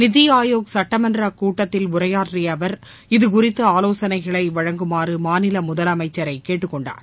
நித்தி ஆயோக் ஆட்சிமன்ற கூட்டத்தில் உரையாற்றிய அவர் இது குறித்து ஆலோசனைகளை வழங்குமாறு மாநில முதலமைச்சரை கேட்டுக் கொண்டார்